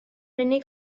unig